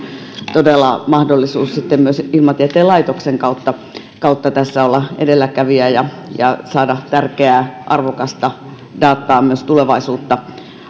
todella mahdollisuus sitten ilmatieteen laitoksen kautta kautta tässä olla edelläkävijä ja ja saada tärkeää arvokasta dataa myös tulevaisuutta